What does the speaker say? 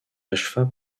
acheva